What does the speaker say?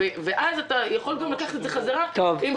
ואז אתה גם יכול לקחת את זה חזרה אם,